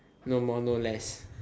no more no less